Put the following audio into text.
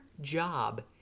job